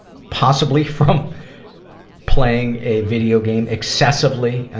possible from playing a video game excessively, and